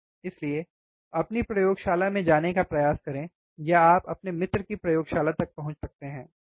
इसलिए अपनी प्रयोगशाला में जाने का प्रयास करें या आप अपने मित्र की प्रयोगशाला तक पहुँच सकते हैं ठीक है